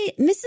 Mrs